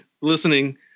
listening